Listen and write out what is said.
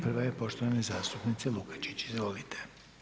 Prva je poštovane zastupnice Lukačić, izvolite.